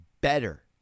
better